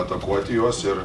atakuoti juos ir